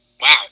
Wow